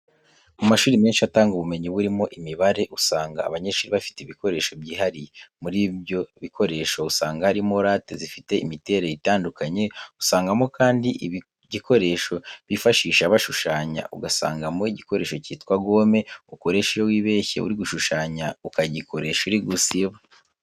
Mu mashuri menshi atanga ubumenyi burimo imibare, usanga abanyeshuri bafite ibikoresho byihariye. Muri ibyo bikoresho usanga harimo rate zifite imiterere itandukanye, usangamo kandi igikoresho bifashisha bashushanya, ugasangamo igikoresho cyitwa gome ukoresha iyo wibeshye uri gushushanya, ukagikoresha uri gusiba.